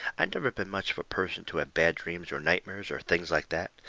i never been much of a person to have bad dreams or nightmares or things like that.